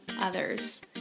others